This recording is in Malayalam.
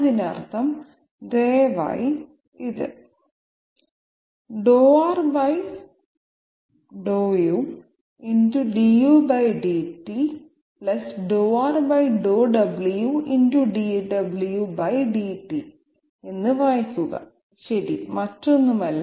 അതിനർത്ഥം ദയവായി ഇത് എന്ന് വായിക്കുക ശരി മറ്റൊന്നുമല്ല